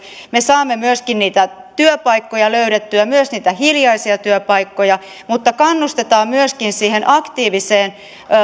me saamme myöskin niitä työpaikkoja löydettyä myös niitä hiljaisia työpaikkoja mutta kannustetaan myöskin siihen aktiiviseen